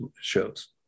shows